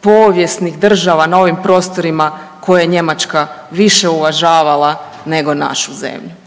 povijesnih država na ovim prostorima koje Njemačka više uvažavala nego našu zemlju.